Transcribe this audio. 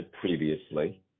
previously